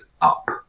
up